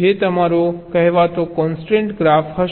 જે તમારો કહેવાતો કોન્સ્ટ્રેન્ટ ગ્રાફ હશે